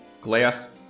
glass